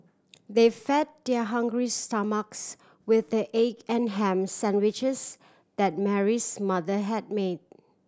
they fed their hungry stomachs with the egg and ham sandwiches that Mary's mother had made